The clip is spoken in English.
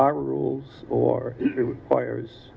our rules or wires